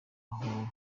aho